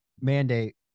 mandate